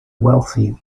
wealthy